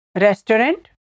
Restaurant